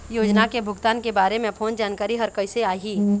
योजना के भुगतान के बारे मे फोन जानकारी हर कइसे आही?